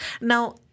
Now